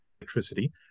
electricity